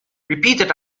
repeated